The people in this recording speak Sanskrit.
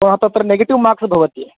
कुतः तत्र नेटिव् मार्क्स् भवन्ति